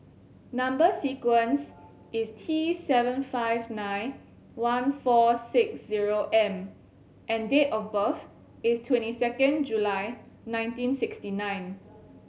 number sequence is T seven five nine one four six zero M and date of birth is twenty second July nineteen sixty nine